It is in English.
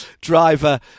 driver